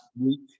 week